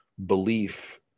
belief